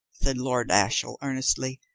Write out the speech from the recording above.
said lord ashiel earnestly.